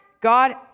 God